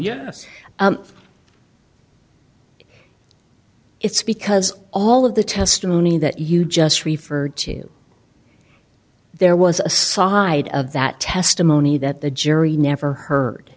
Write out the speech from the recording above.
yes it's because all of the testimony that you just referred to there was a side of that testimony that the jury never h